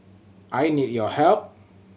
I need your help